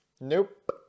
Nope